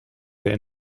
their